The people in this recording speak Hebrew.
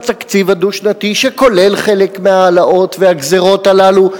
בתקציב הדו-שנתי שכולל חלק מההעלאות והגזירות הללו,